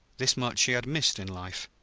this much he had missed in life.